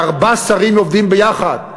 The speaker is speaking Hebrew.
שארבעה שרים עובדים יחד,